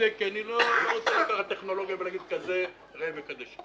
כי אני לא רוצה להתערב בטכנולוגיה ולהגיד: כזה ראה וקדש.